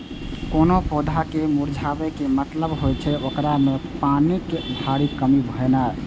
कोनो पौधा के मुरझाबै के मतलब होइ छै, ओकरा मे पानिक भारी कमी भेनाइ